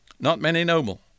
not-many-noble